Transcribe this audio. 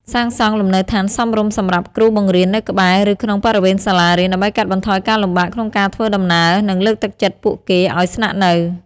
សាងសង់លំនៅឋានសមរម្យសម្រាប់គ្រូបង្រៀននៅក្បែរ ឬក្នុងបរិវេណសាលារៀន ដើម្បីកាត់បន្ថយការលំបាកក្នុងការធ្វើដំណើរ និងលើកទឹកចិត្តពួកគេឱ្យស្នាក់នៅ។